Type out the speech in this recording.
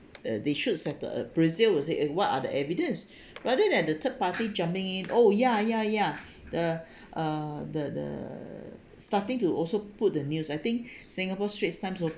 uh they should settle uh brazil will say eh what are the evidence rather than the third party jumping in oh ya ya ya the uh the the starting to also put the news I think singapore straits times also